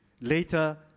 later